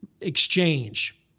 exchange